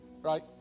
right